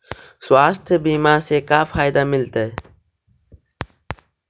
स्वास्थ्य बीमा से का फायदा मिलतै?